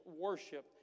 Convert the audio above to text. worship